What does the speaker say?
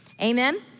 amen